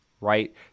right